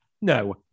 No